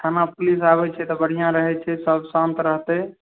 थाना पुलिस आबै छै तऽ बढ़िऑं रहै छै सब शान्त रहतै